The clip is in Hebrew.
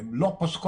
הן לא פוסקות.